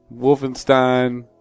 wolfenstein